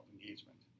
engagement